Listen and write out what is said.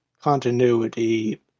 continuity